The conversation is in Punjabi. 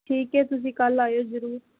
ਠੀਕ ਹੈ ਤੁਸੀਂ ਕੱਲ੍ਹ ਆਇਓ ਜ਼ਰੂਰ